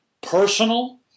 personal